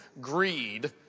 greed